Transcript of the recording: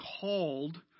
called